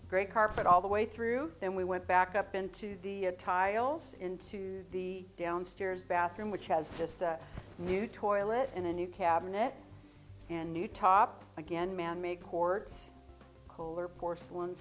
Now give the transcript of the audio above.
great carpet all the way through then we went back up into the tiles into the downstairs bathroom which has just a new toilet and a new cabinet and new top again manmade ports koehler porcelain